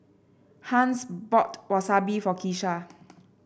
Hans bought Wasabi for Keesha